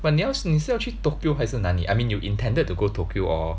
but 你要你是要去 Tokyo 还是哪里 I mean you intended to go Tokyo or